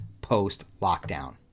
post-lockdown